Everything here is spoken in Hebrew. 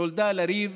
נולדה לריב,